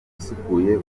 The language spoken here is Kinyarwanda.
usukuye